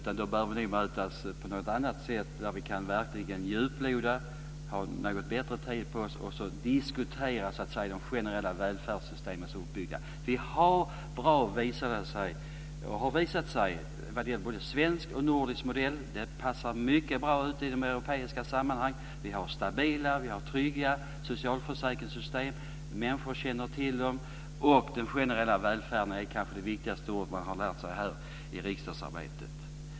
Vi bör mötas på något annat sätt där vi verkligen kan djuploda. Vi bör ha något bättre tid på oss och diskutera de generella välfärdssystemens uppbyggnad. Det har visat sig att både den svenska och den nordiska modellen är bra. De passar mycket bra i europeiska sammanhang. Vi har stabila och trygga socialförsäkringssystem. Människor känner till dem. "Den generella välfärden" är kanske de viktigaste ord man har lärt sig i riksdagsarbetet.